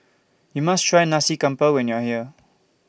YOU must Try Nasi Campur when YOU Are here